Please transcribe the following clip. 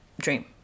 dream